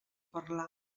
parlar